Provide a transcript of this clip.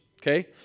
Okay